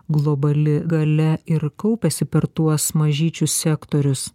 globali galia ir kaupiasi per tuos mažyčius sektorius